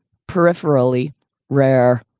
peripherally rare.